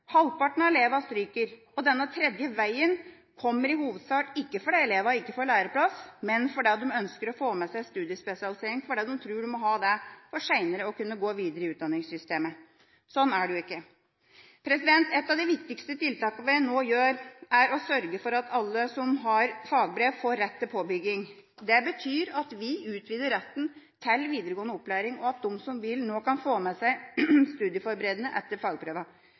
Halvparten av elevene stryker. Denne «tredje veien» kommer i hovedsak ikke fordi elevene ikke får læreplass, men fordi de ønsker å få med seg studiespesialisering, fordi de tror de må ha det for å kunne gå videre i utdanningssystemet senere. Sånn er det jo ikke. Et av de viktigste tiltakene vi nå gjør, er å sørge for at alle som har fagbrev, får rett til påbygging. Det betyr at vi utvider retten til videregående opplæring, og at de som vil, nå kan få med seg studieforberedende etter